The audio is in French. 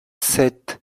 sept